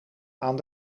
aan